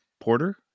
Porter